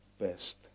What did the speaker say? best